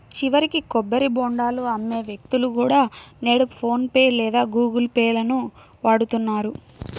చివరికి కొబ్బరి బోండాలు అమ్మే వ్యక్తులు కూడా నేడు ఫోన్ పే లేదా గుగుల్ పే లను వాడుతున్నారు